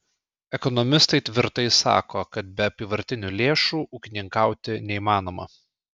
ekonomistai tvirtai sako kad be apyvartinių lėšų ūkininkauti neįmanoma